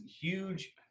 huge